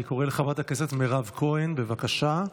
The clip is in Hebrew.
אני קורא לחברת הכנסת מירב כהן, בבקשה.